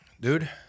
Dude